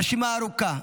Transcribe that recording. הרשימה ארוכה,